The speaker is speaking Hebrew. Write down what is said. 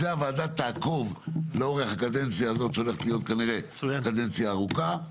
זה הוועדה תעקוב לאורך הקדנציה הזאת שהולכת להיות כנראה קדנציה ארוכה.